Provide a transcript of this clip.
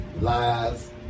lies